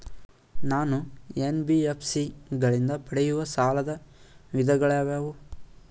ನಾನು ಎನ್.ಬಿ.ಎಫ್.ಸಿ ಗಳಿಂದ ಪಡೆಯುವ ಸಾಲದ ವಿಧಗಳಾವುವು?